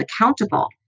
accountable